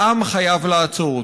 העם חייב לעצור אותו.